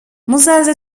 muzaze